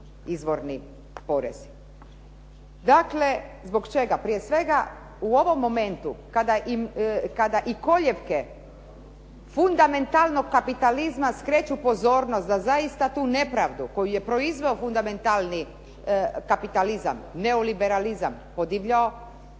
izvorni porezi. Dakle, zbog čega? Prije svega, u ovom momentu kada i kolijevke fundamentalnog kapitalizma skreću pozornost na zaista tu nepravdu koju je proizveo fundamentalni kapitalizam, neoliberalizam, podivljao,